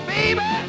Baby